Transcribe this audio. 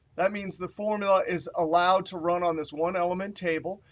that means the formula is allowed to run on this one element table.